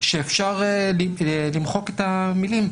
שאפשר למחוק את המילים